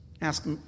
ask